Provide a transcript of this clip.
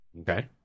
Okay